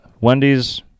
Wendy's